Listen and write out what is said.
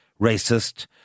racist